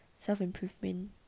self-improvement